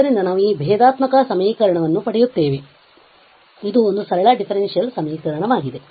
ಆದ್ದರಿಂದ ನಾವು ಈ ಭೇದಾತ್ಮಕ ಸಮೀಕರಣವನ್ನು ಪಡೆಯುತ್ತೇವೆ ಇದು ಒಂದು ಸರಳ ಡಿಫರೆನ್ಷಿಯಲ್ ಸಮೀಕರಣವಾಗಿದೆ